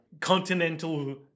Continental